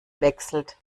wechselt